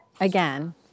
again